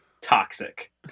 toxic